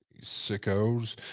sickos